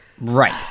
Right